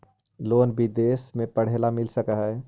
Loan विदेश में पढ़ेला मिल सक हइ?